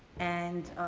and